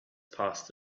passed